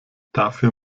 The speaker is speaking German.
dafür